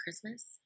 Christmas